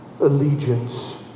allegiance